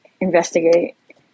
investigate